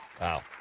Wow